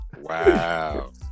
Wow